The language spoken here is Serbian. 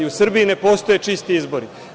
U Srbiji ne postoje čisti izbori.